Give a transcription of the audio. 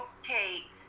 okay